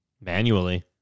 manually